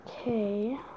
Okay